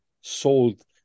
sold